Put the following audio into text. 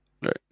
Right